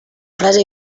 frase